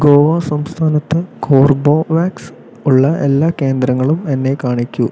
ഗോവ സംസ്ഥാനത്ത് കോർബോവാക്സ് ഉള്ള എല്ലാ കേന്ദ്രങ്ങളും എന്നെ കാണിക്കൂ